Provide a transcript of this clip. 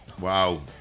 Wow